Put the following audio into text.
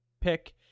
pick